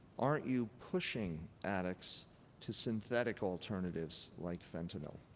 aren't you pushing addicts to synthetic alternatives like fentanyl?